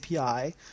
API